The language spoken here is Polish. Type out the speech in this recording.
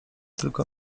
tylko